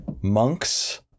monks